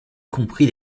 compris